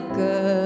good